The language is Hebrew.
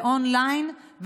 און-ליין,